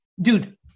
Dude